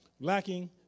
lacking